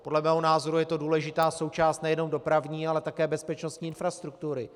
Podle mého názoru je to důležitá součást nejenom dopravní, ale také bezpečnostní infrastruktury.